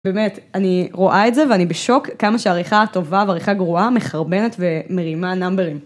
באמת אני רואה את זה ואני בשוק כמה שעריכה טובה ועריכה גרועה מחרבנת ומרימה נאמברים.